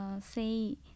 say